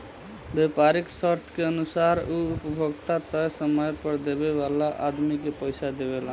व्यापारीक शर्त के अनुसार उ उपभोक्ता तय समय पर देवे वाला आदमी के पइसा देवेला